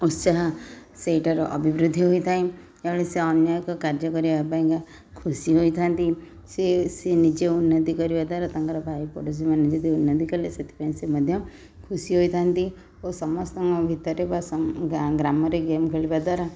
ଉତ୍ସାହ ସେଇଟାର ଅଭିବୃଦ୍ଧି ହୋଇଥାଏ କାରଣ ସିଏ ଅନ୍ୟ ଏକ କାର୍ଯ୍ୟ କରିବା ପାଇଁକା ଖୁସି ହୋଇଥାଆନ୍ତି ସିଏ ସିଏ ନିଜ ଉନ୍ନତି କରିବା ଦ୍ୱାରା ତାଙ୍କର ଭାଇ ପଡ଼ୋଶୀମାନେ ଯଦି ଉନ୍ନତି କଲେ ସେଥିପାଇଁ ସିଏ ମଧ୍ୟ ଖୁସି ହୋଇଥାଆନ୍ତି ଓ ସମସ୍ତଙ୍କ ଭିତରେ ବା ସମ ଗ୍ରାମରେ ଗେମ୍ ଖେଳିବାଦ୍ୱାରା